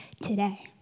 today